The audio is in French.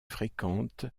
fréquente